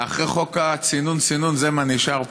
אחרי חוק הצינון-סינון זה מה שנשאר פה,